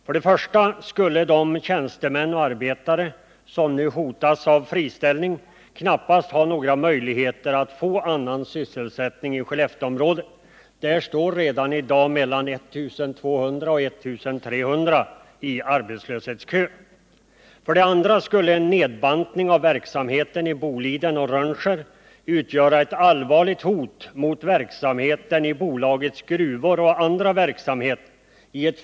För det första skulle de tjänstemän och arbetare som nu hotas av friställning knappast ha några möjligheter att få annan sysselsättning i Skellefteområdet. Där står redan i dag mellan 1 200 och 1 300 arbetslösa i kö för arbete. För det andra skulle en nedbantning av verksamheten i Boliden och Rönnskär utgöra ett allvarligt hot mot verksamheten i bolagets gruvor och på andra arbetsplatser.